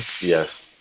yes